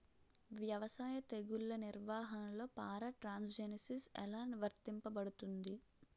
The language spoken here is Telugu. వ్యవసాయ తెగుళ్ల నిర్వహణలో పారాట్రాన్స్జెనిసిస్ఎ లా వర్తించబడుతుంది?